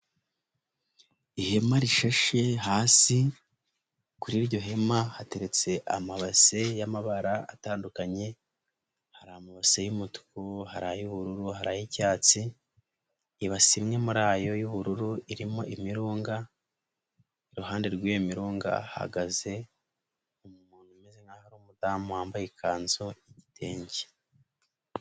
Ihema rishashe hasi, kuri iryo hema hateretse amabase y'amabara atandukanye: hari amabase y'umutuku, hari ay'ubururu, hari ay'icyatsi, ibase imwe mu ayo y'ubururu irimo imirunga, iruhande rw'iyo mirunga hahagaze umuntu umeze nkaho ari umudamu wambaye ikanzu y'igitenge.